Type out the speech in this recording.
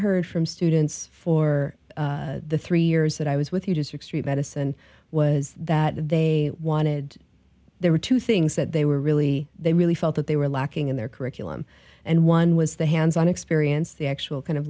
heard from students for the three years that i was with you to extrude medicine was that they wanted there were two things that they were really they really felt that they were lacking in their curriculum and one was the hands on experience the actual kind of